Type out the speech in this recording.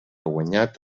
guanyat